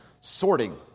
sorting